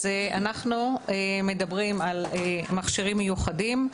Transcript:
(מקרינה מצגת) אנחנו מדברים על מכשירים מיוחדים,